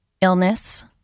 illness